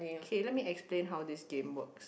okay let me explain how this game works